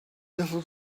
little